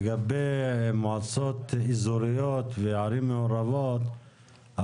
לגבי מועצות אזוריות וערים מעורבות,